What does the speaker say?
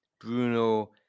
Bruno